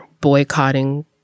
boycotting